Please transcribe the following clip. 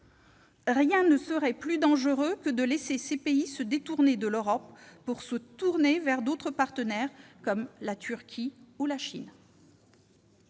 Rien ne serait plus dangereux que de laisser ces pays se détourner de l'Europe pour se tourner vers d'autres partenaires, comme la Turquie ou la Chine.